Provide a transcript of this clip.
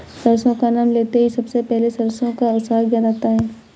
सरसों का नाम लेते ही सबसे पहले सरसों का साग याद आता है